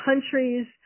countries